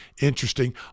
interesting